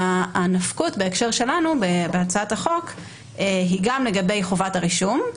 והנפקות בהקשר שלנו בהצעת החוק היא גם לגבי חובת הרישום,